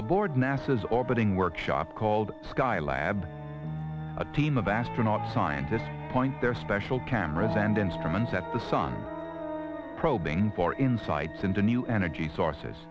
aboard nasa's orbiting workshop called sky lab a team of astronauts scientists point their special cameras and instruments at the sun probing for insights into new energy sources